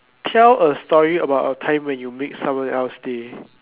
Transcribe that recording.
tell a story about a time when you make someone else's day